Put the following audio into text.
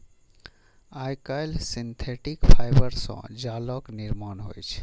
आइकाल्हि synthetic fibre सं जालक निर्माण होइ छै